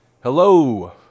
Hello